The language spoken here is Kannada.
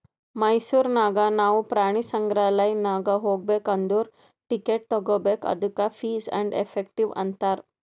ಮೈಸೂರ್ ನಾಗ್ ನಾವು ಪ್ರಾಣಿ ಸಂಗ್ರಾಲಯ್ ನಾಗ್ ಹೋಗ್ಬೇಕ್ ಅಂದುರ್ ಟಿಕೆಟ್ ತಗೋಬೇಕ್ ಅದ್ದುಕ ಫೀಸ್ ಆ್ಯಂಡ್ ಎಫೆಕ್ಟಿವ್ ಅಂತಾರ್